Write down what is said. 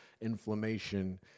inflammation